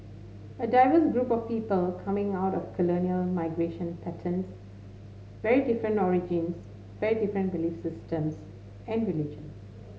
a diverse group of people coming out of colonial migration patterns very different origins very different belief systems and religion